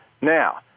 Now